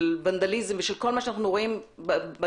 ונדליזם וכל מה שאנחנו רואים ביום-יום,